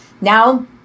Now